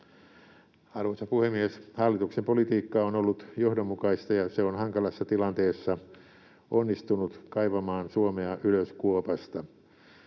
Arvoisa puhemies! Hallituksen politiikka on ollut johdonmukaista, ja se on hankalassa tilanteessa onnistunut kaivamaan Suomea ylös kuopasta.